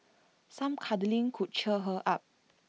some cuddling could cheer her up